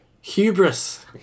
Hubris